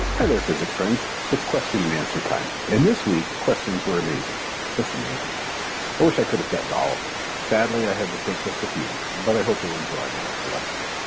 hi there, physics friends. it's question and answer time. and this week, the questions were amazing just amazing. i wish i could have gotten to all of them. sadly, i had to pick just a few, but i hope you'll enjoy my selection.